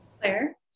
Claire